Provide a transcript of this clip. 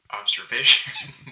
observation